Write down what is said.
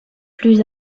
plus